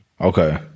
Okay